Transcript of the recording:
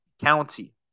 County